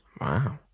Wow